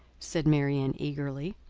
said marianne, eagerly,